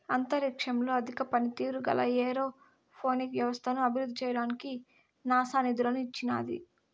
అంతరిక్షంలో అధిక పనితీరు గల ఏరోపోనిక్ వ్యవస్థను అభివృద్ధి చేయడానికి నాసా నిధులను ఇచ్చినాది